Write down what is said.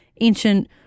ancient